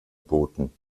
boten